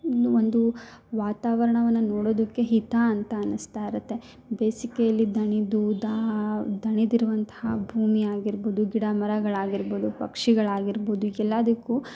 ಇನ್ನೂ ಒಂದು ವಾತಾವರಣವನ್ನು ನೋಡೋದಕ್ಕೆ ಹಿತ ಅಂತ ಅನ್ನಿಸ್ತಾ ಇರುತ್ತೆ ಬೇಸಿಗೆಯಲ್ಲಿ ದಣಿದು ದಾಹ ದಣಿದಿರುವಂಥ ಭೂಮಿ ಆಗಿರ್ಬೋದು ಗಿಡ ಮರಗಳು ಆಗಿರ್ಬೋದು ಪಕ್ಷಿಗಳು ಆಗಿರ್ಬೋದು ಎಲ್ಲದಕ್ಕೂ